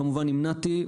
כמובן שעם נת"י,